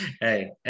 Hey